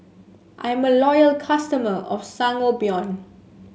I'm a loyal customer of Sangobion